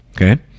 okay